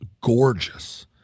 gorgeous